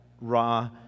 raw